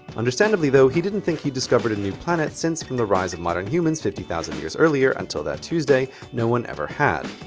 understandably though he didn't think he discoverd a new planet, since from the rise of modern humans fifty thousand years earlier until that thursday no one ever had.